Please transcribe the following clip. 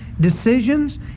decisions